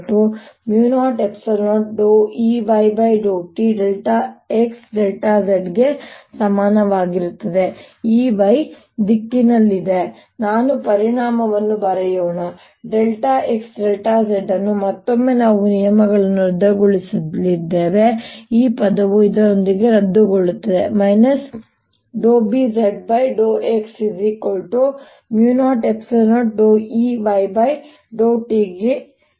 ಗೆ ಸಮಾನವಾಗಿರುತ್ತದೆ Ey ದಿಕ್ಕಿನಲ್ಲಿದೆ ನಾವು ಪರಿಮಾಣವನ್ನು ಬರೆಯೋಣ xz ಮತ್ತೊಮ್ಮೆ ನಾವು ನಿಯಮಗಳನ್ನು ರದ್ದುಗೊಳಿಸಲಿದ್ದೇವೆ ಈ ಪದವು ಇದರೊಂದಿಗೆ ರದ್ದುಗೊಳ್ಳುತ್ತದೆ ಮತ್ತು Bz∂x00Ey∂t 0ಗೆ ಸಮನಾಗಿರುತ್ತದೆ